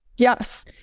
Yes